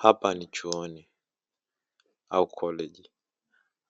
Hapa ni chuoni au "Koleji"